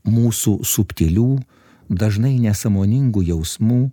mūsų subtilių dažnai nesąmoningų jausmų